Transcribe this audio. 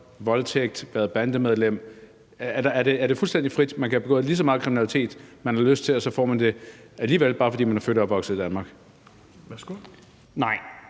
voldtægt, været bandemedlem? Er det fuldstændig frit? Kan man have begået lige så meget kriminalitet, man har lyst til, og så får man det alligevel, bare fordi man er født og opvokset i Danmark?